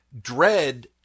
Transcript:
Dread